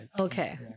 okay